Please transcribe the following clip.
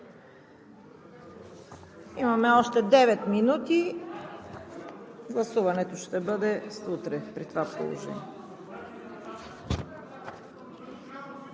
Имаме още девет минути – гласуването ще бъде утре при това положение.